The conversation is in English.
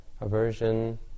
aversion